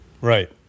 Right